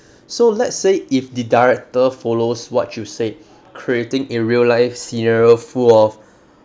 so let's say if the director follows what you said creating a real life scenario full of